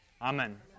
Amen